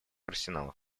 арсеналов